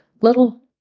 little